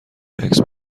عکس